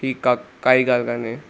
ठीकु आहे काई ॻाल्हि कान्हे